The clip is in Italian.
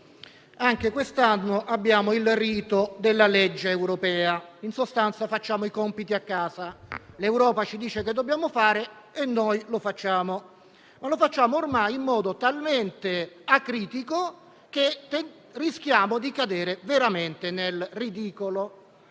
anche quest'anno abbiamo il rito della legge europea; in sostanza, facciamo i compiti a casa. L'Europa ci dice quello che dobbiamo fare e noi lo facciamo. Ma lo facciamo ormai in modo talmente acritico che rischiamo di cadere veramente nel ridicolo.